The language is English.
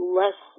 less